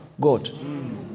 God